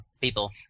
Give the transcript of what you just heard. people